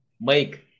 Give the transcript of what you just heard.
make